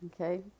Okay